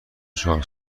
چهار